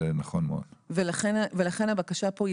לכן הבקשה פה,